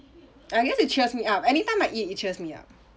I guess it cheers me up anytime I eat it cheers me up